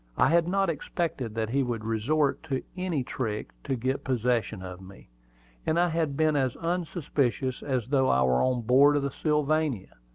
i had not expected that he would resort to any trick to get possession of me and i had been as unsuspicious as though i were on board of the sylvania.